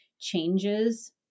changes